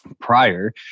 prior